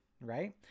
right